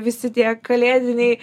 visi tie kalėdiniai